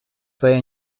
feia